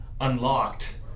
unlocked